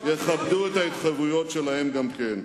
שאחרים יכבדו את ההתחייבויות שלהם גם כן.